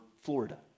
Florida